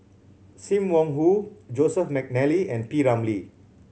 Sim Wong Hoo Joseph McNally and P Ramlee